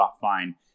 fine